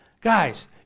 guys